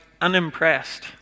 unimpressed